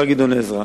השר גדעון עזרא,